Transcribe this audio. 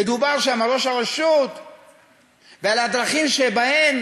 ודובר שם על ראש הרשות ועל הדרכים שבהן